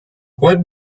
what